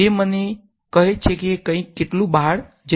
તે મને કહે છે કે કંઈક કેટલું બહાર જઈ રહ્યું છે